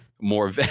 more